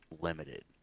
limited